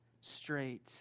straight